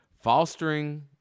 Fostering